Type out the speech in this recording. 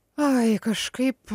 ai kažkaip